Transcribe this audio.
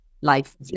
life